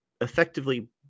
effectively